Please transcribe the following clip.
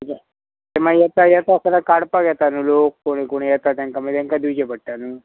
ते मागीर येता येता सगळ्या काडपाक येता न्हू लोक कोणी कोण येता तांकां मागीर तांकां दिवचे पडटा न्हू